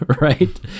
right